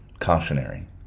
cautionary